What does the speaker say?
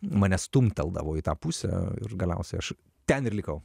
mane stumteldavo į tą pusę ir galiausiai aš ten ir likau